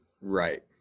Right